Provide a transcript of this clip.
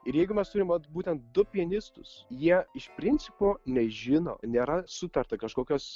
ir jeigu mes turim vat būtent du pianistus jie iš principo nežino nėra sutarta kažkokios